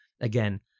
again